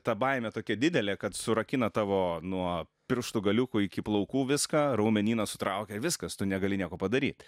ta baimė tokia didelė kad surakina tavo nuo pirštų galiukų iki plaukų viską raumenyną sutraukia viskas tu negali nieko padaryt